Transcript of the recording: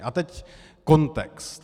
A teď kontext.